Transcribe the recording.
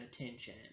attention